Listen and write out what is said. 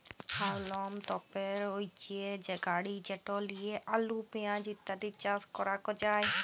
হাউলম তপের হচ্যে গাড়ি যেট লিয়ে আলু, পেঁয়াজ ইত্যাদি চাস ক্যরাক যায়